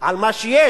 על מה שיש,